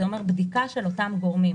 זה אומר בדיקה של אותם גורמים.